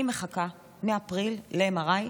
אני מחכה מאפריל ל-MRI,